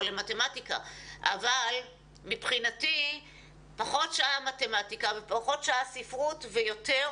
למתמטיקה אבל מבחינתי פחות שעה מתמטיקה ופחות שעה ספרות ויותר